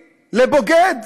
ל"בוגד"